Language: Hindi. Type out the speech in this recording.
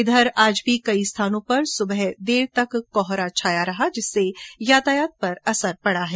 इधर आज भी कई स्थानों पर सुबह देर तक कोहरा छाए रहने से यातायात पर असर पड़ा है